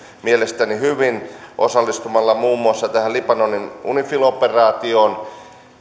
mielestäni hyvin osallistumalla muun muassa tähän libanonin unifil operaatioon